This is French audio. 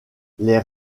les